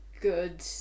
good